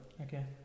Okay